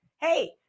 hey